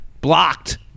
Blocked